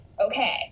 Okay